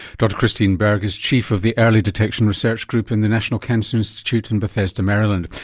dr christine berg is chief of the early detection research group in the national cancer institute in bethesda maryland.